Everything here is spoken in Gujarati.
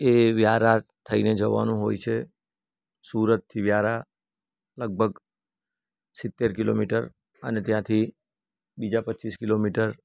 એ વ્યારા થઈને જવાનું હોય છે સુરતથી વ્યારા લગભગ સિત્તેર કિલોમીટર અને ત્યાંથી બીજા પચીસ કિલોમીટર